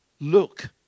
Look